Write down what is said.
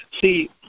See